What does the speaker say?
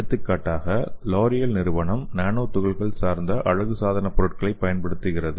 எடுத்துக்காட்டாக லோரியல் நிறுவனம் நானோ துகள்கள் சார்ந்த அழகு சாதன பொருட்களைப் பயன்படுத்துகிறது